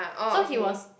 so he was